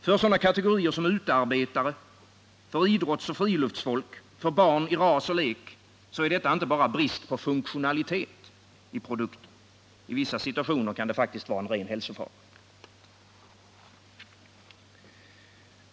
För sådana kategorier som utearbetare, idrottsoch friluftsfolk samt barn i ras och lek är detta inte bara en brist på funktionalitet i produkten —i vissa situationer kan det faktiskt vara en ren hälsofara.